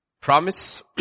promise